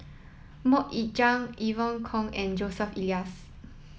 Mok Ying Jang Evon Kow and Joseph Elias